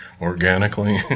organically